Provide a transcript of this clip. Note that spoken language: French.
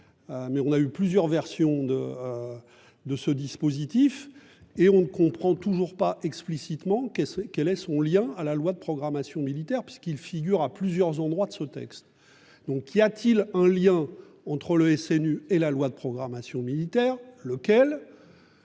mais on a eu plusieurs versions de. De ce dispositif et on ne comprend toujours pas explicitement qu'elle quel est son lien à la loi de programmation militaire, puisqu'il figure à plusieurs endroits de ce texte. Donc y a-t-il un lien entre le SNU et la loi de programmation militaire. Lequel.